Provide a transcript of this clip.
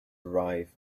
arrived